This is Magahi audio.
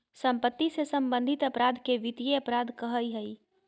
सम्पत्ति से सम्बन्धित अपराध के वित्तीय अपराध कहइ हइ